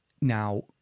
Now